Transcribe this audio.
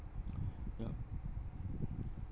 yup